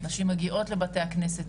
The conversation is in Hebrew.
נשים מגיעות לבתי הכנסת,